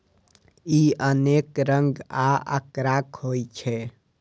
ई अनेक रंग आ आकारक होइ छै